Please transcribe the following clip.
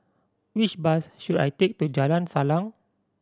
which bus should I take to Jalan Salang